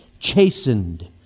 Chastened